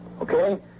okay